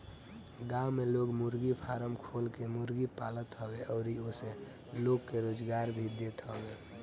गांव में लोग मुर्गी फारम खोल के मुर्गी पालत हवे अउरी ओसे लोग के रोजगार भी देत हवे